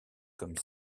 comme